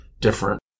Different